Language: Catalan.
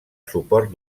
suport